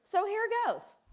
so here it goes.